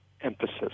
emphasis